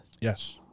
Yes